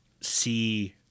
see